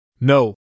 No